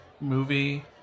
movie